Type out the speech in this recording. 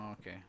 okay